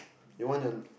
you want your